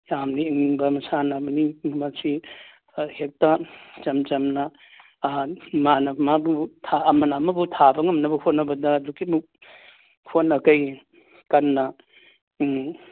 ꯌꯥꯝꯅ ꯌꯦꯡꯅꯤꯡꯕ ꯃꯁꯥꯟꯅ ꯑꯃꯅꯤ ꯃꯁꯤ ꯍꯦꯛꯇ ꯏꯆꯝ ꯆꯝꯅ ꯃꯥꯅ ꯃꯥꯕꯨ ꯑꯃꯅ ꯑꯃꯕꯨ ꯊꯥꯕ ꯉꯝꯅꯕ ꯍꯣꯠꯅꯕꯗ ꯑꯗꯨꯛꯀꯤ ꯍꯦꯠꯅꯖꯩ ꯀꯟꯅ